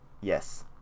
yes